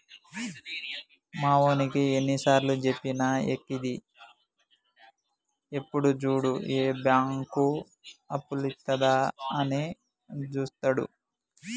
మావోనికి ఎన్నిసార్లుజెప్పినా ఎక్కది, ఎప్పుడు జూడు ఏ బాంకు అప్పులిత్తదా అని జూత్తడు